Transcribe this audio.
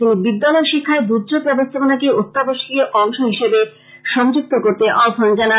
তিনি বিদ্যালয় শিক্ষায় দূযোগ ব্যবস্থাপনাকে অত্যাবশ্যকীয় অংশ হিসেবে সংযুক্ত করতে আহ্বান জানান